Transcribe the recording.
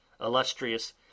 Illustrious